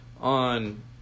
on